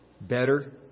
Better